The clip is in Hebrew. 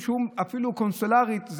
קונסולרית,